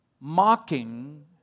Mocking